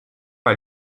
par